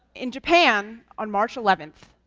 in japan, on march eleventh,